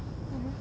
mm hmm